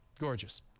Gorgeous